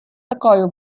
такою